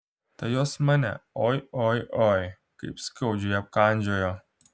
tai jos mane oi oi oi kaip skaudžiai apkandžiojo